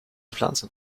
pflanzen